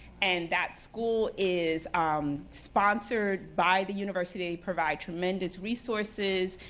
and that school is um sponsored by the university. they provide tremendous resources,